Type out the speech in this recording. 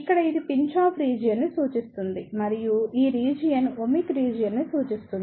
ఇక్కడ ఇది pinch off రీజియన్ని సూచిస్తుంది మరియు ఈ రీజియన్ ఒమిక్ రీజియన్ ని సూచిస్తుంది